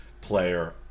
player